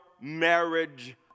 marriage